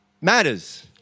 matters